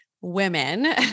women